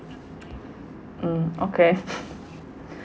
mm okay